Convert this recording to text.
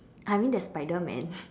I mean there's spiderman